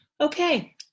okay